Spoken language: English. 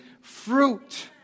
fruit